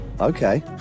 Okay